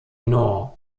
nord